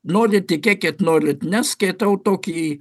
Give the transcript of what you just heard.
norit tikėkit norit ne skaitau tokį